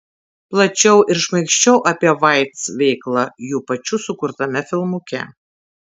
plačiau ir šmaikščiau apie vajc veiklą jų pačių sukurtame filmuke